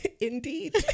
indeed